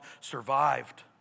survived